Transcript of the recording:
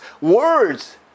Words